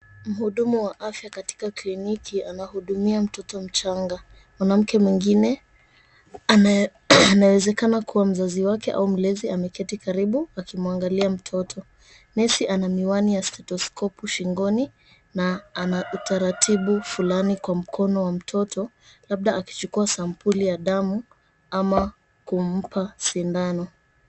Mhudumu wa afya katika kliniki anahudumia mtoto mchana mwanamke mwengine anayewezekana kuwa mzazi au mlezi wake ameketi karibu akimwangalia mtoto nesi ana miwani na stethoskopu shingoni na anautaratibu fulani kwa mtoto labda akichukua sampuli ya damu ama kumpa sindano.